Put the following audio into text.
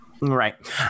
right